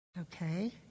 Okay